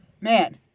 Man